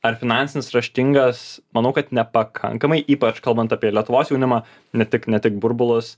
ar finansinis raštingas manau kad nepakankamai ypač kalbant apie lietuvos jaunimą ne tik ne tik burbulus